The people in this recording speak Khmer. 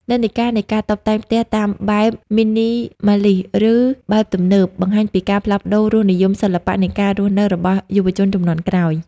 និន្នាការនៃការតុបតែងផ្ទះតាមបែប Minimalist ឬបែបទំនើប បង្ហាញពីការផ្លាស់ប្តូររសនិយមសិល្បៈនៃការរស់នៅរបស់យុវជនជំនាន់ក្រោយ។